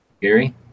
gary